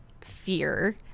fear